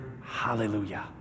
hallelujah